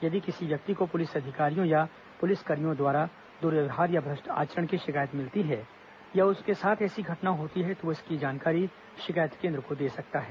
यदि किसी व्यक्ति को पुलिस अधिकारियों या पुलिसकर्मियों द्वारा दुर्व्यवहार या भ्रष्ट आचरण की शिकायत मिलती है या उसके साथ ऐसी घटना होती है तो वह इसकी जानकारी शिकायत केन्द्र को दे सकता है